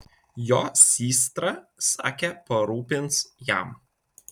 jo systra sakė parūpins jam